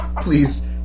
Please